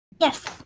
Yes